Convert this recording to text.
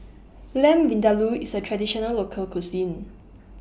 Lamb Vindaloo IS A Traditional Local Cuisine